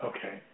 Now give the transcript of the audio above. Okay